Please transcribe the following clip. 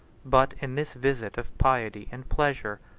but in this visit of piety and pleasure,